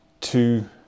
two